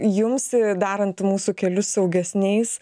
jums darant mūsų kelius saugesniais